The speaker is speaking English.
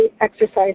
exercise